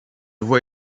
voix